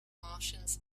martians